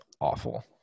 awful